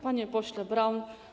Panie Pośle Braun!